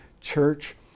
church